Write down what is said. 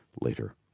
later